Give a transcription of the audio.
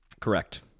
Correct